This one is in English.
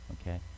okay